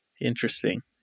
Interesting